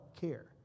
care